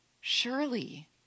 Surely